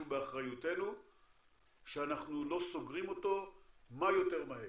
באחריותנו שאנחנו לא סוגרים אותו כמה שיותר מהר.